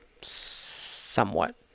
somewhat